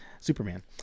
Superman